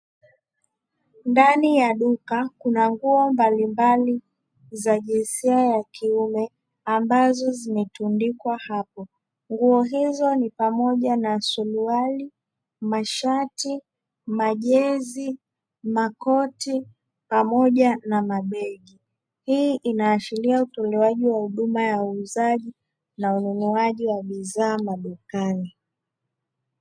Ndani ya duka kuna nguo mbalimbali za jinsia ya kiume, ambazo zimetundikwa hapo. Nguo hizo ni pamoja na suruali, mashati, majezi, makoti pamoja na mabegi. Hii inaashiria utolewaji wa huduma ya uuzaji na ununuaji wa bidhaa madukani.